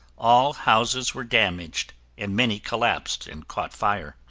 all houses were damaged and many collapsed and caught fire.